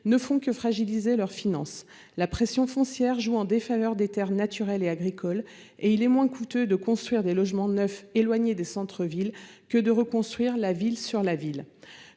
ne font que fragiliser leurs finances. La pression foncière joue en défaveur des terres naturelles et agricoles et il est moins coûteux de construire des logements neufs éloignés des centres-villes que de reconstruire « la ville sur la ville